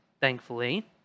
thankfully